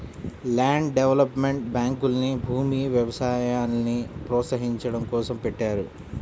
land development బ్యాంకుల్ని భూమి, వ్యవసాయాల్ని ప్రోత్సహించడం కోసం పెట్టారు